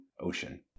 ocean